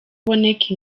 uboneka